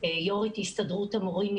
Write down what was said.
יו"ר הסתדרות המורים,